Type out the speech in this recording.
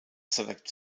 select